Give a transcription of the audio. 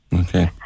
Okay